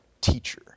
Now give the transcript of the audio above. teacher